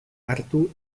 hartu